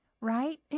Right